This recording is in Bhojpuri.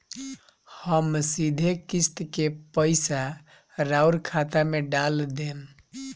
हम सीधे किस्त के पइसा राउर खाता में डाल देम?